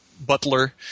butler